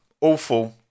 Awful